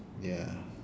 ya